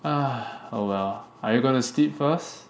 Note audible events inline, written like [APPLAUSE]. [NOISE] oh well are you gonna sleep first